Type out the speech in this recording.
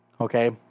okay